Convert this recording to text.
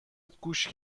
گوش